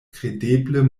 kredeble